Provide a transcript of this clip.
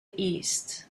east